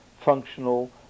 functional